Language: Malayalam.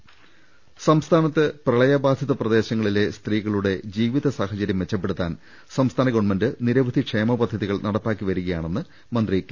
രുട്ട്ട്ട്ട്ട്ട്ട്ട്ട സംസ്ഥാനത്ത് പ്രളയബാധിത പ്രദേശങ്ങളിലെ സ്ത്രീകളുടെ ജീവിത സാഹചരൃം മെച്ചപ്പെടുത്താൻ സംസ്ഥാന ഗവൺമെന്റ് നിരവധി ക്ഷേമപ ദ്ധതികൾ നടപ്പാക്കിവരികയാണെന്ന് മന്ത്രി കെ